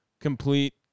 complete